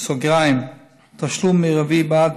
(תשלום מרבי בעד